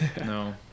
No